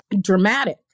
dramatic